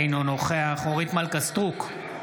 אינו נוכח אורית מלכה סטרוק,